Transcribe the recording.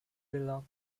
belong